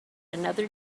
another